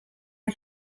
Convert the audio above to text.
are